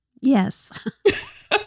yes